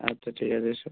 আচ্ছা ঠিক আছে এসো